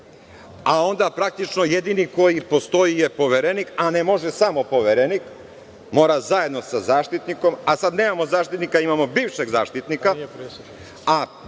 a onda praktično jedini koji postoji je Poverenik, a ne može samo Poverenik, mora zajedno sa Zaštitnikom, a sad nemamo Zaštitnika, imamo bivšeg Zaštitnika.